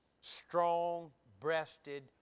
strong-breasted